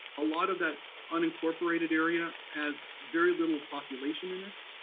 a lot of that unincorporated area has very little population in it,